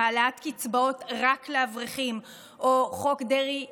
העלאת קצבאות רק לאברכים או חוק דרעי 1,